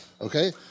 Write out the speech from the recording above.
Okay